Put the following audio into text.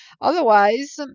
Otherwise